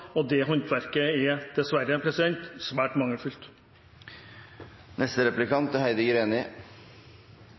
og det håndverket er dessverre svært